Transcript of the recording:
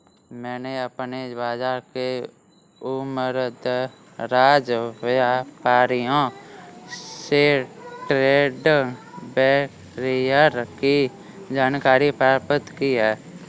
मैंने अपने बाज़ार के उमरदराज व्यापारियों से ट्रेड बैरियर की जानकारी प्राप्त की है